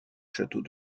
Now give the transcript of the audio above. château